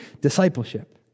discipleship